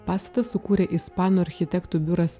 pastatą sukūrė ispanų architektų biuras